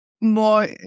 more